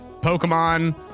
Pokemon